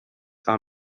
are